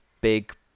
big